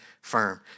firm